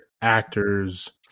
actors